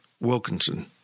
Wilkinson